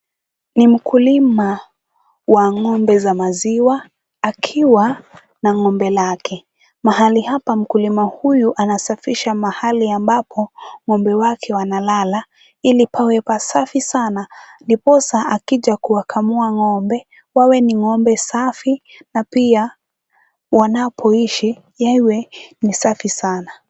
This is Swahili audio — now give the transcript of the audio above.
Ni mkulima wa ng'ombe za maziwa akiwa na ng'ombe lake. Mahali hapa mkulima huyu anasafisha mahali ambapo ng'ombe wake wanalala, ili pawe pasafi sana, ndiposa akija kuwakamua ng'ombe, wawe ni ng'ombe safi na pia wanapoishi iwe ni safi sana.